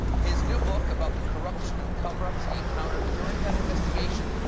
his new book, about the corruption and cover-ups he encountered during that investigation,